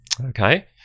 Okay